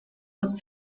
was